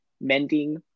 mending